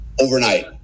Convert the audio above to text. overnight